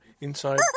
inside